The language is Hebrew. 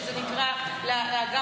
שזה נקרא לאגף,